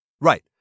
Right